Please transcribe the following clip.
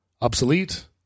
obsolete –